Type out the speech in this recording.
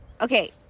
Okay